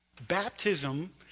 Baptism